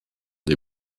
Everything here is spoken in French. des